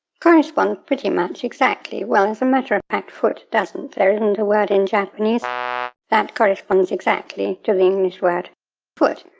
correspond pretty much exactly. well, as a matter of fact foot doesn't. there isn't a word in japanese that corresponds exactly to the english word foot.